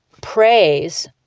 praise